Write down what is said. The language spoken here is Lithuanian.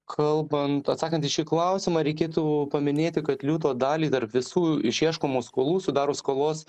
kalbant atsakant į šį klausimą reikėtų paminėti kad liūto dalį tarp visų išieškomų skolų sudaro skolos